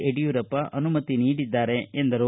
ಯಡಿಯೂರಪ್ಪ ಅನುಮತಿ ನೀಡಿದ್ದಾರೆ ಎಂದರು